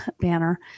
banner